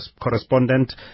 Correspondent